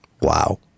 Wow